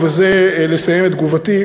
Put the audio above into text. ובזה לסיים את תגובתי,